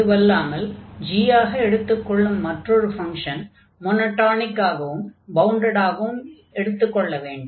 அதுவல்லாமல் g ஆக எடுத்துக்கொள்ளும் மற்றொரு ஃபங்ஷன் மொனொடானிக் ஆகவும் பவுண்டட் ஆகவும் எடுத்துக் கொள்ள வேண்டும்